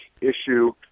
issue